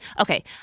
Okay